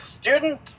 student